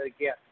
again